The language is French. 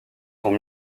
sont